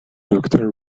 doctor